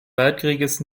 weltkrieges